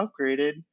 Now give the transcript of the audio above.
upgraded